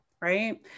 right